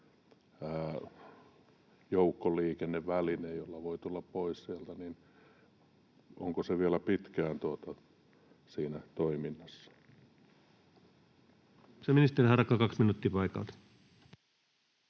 joukkoliikenneväline, jolla voi tulla pois sieltä, mutta onko se vielä pitkään siinä toiminnassa?